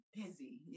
busy